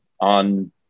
on